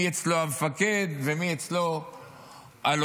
מי אצלו המפקד ומי אצלו הלוחם,